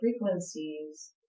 frequencies